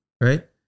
right